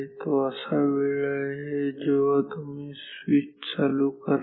तो असा वेळ आहे जेव्हा तुम्ही स्विच चालू करता